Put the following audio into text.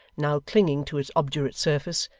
now clinging to its obdurate surface,